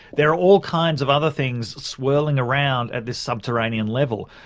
there are all kinds of other things swirling around at this subterranean level.